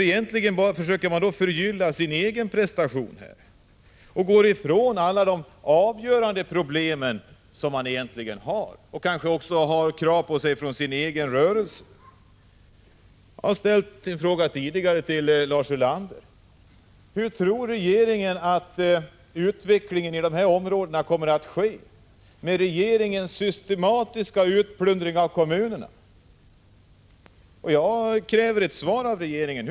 Egentligen försöker man då förgylla sin egen prestation och gå ifrån alla de avgörande problem som man har — och kanske också har krav på sig från sin egen rörelse att klara av. Jag har tidigare ställt en fråga till Lars Ulander, och jag frågar nu Thage Peterson: Hur tror regeringen att utvecklingen i dessa områden kommer att bli med regeringens systematiska utplundring av kommunerna? Jag kräver ett svar av regeringen.